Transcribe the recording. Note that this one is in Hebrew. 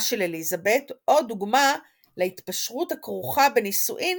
של אליזבת או דוגמה להתפשרות הכרוכה בנישואין